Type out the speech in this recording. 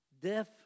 deaf